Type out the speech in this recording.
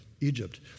Egypt